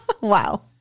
Wow